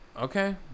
Okay